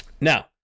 Now